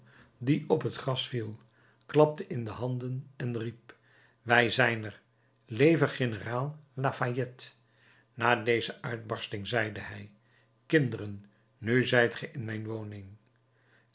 die op het gras viel klapte in de handen en riep wij zijn er leve generaal lafayette na deze uitbarsting zeide hij kinderen nu zijt ge in mijn woning